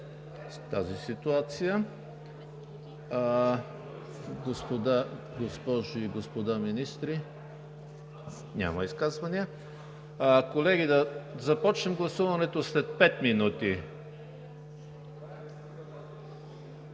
тази ситуация. Госпожи и господа министри? Няма изказвания. Колеги, да започнем гласуването след пет минути.